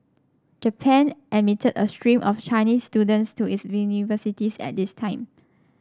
Japan admitted a stream of Chinese students to its universities at this time